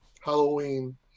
Halloween